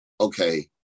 okay